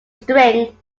string